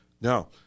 Now